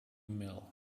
mill